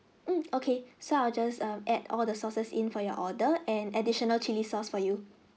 mm okay so I just um add all the sauces in for your order and additional chilli sauce for you